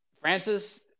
Francis